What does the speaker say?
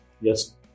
Yes